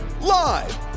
Live